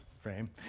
frame